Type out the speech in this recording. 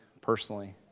personally